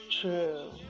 true